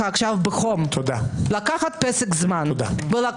מדינת ישראל ואני ממליצה לך בחום לקחת פסק זמן ולחשוב.